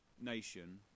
nation